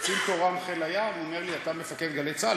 קצין תורן מחיל הים אומר לי: אתה מפקד גלי צה"ל?